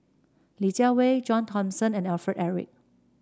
Li Jiawei John Thomson and Alfred Eric